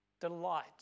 Delight